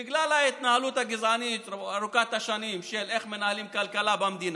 בגלל ההתנהלות הגזענית ארוכת השנים של איך מנהלים כלכלה במדינה.